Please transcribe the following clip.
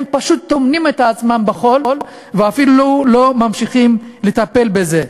הם פשוט טומנים את הראש בחול ואפילו לא ממשיכים לטפל בזה.